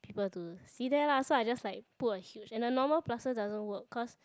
people to see there lah so I just like put a huge and a normal plaster doesn't work cause